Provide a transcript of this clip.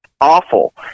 awful